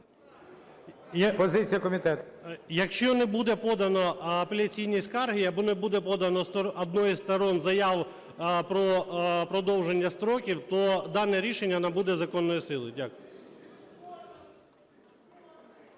Якщо не буде подано апеляційні скарги, або не буде подано однією із сторін заяв про продовження строків, то дане рішення набуде законної сили. Дякую.